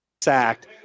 sacked